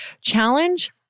challenge